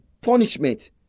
punishment